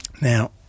Now